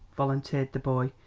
volunteered the boy,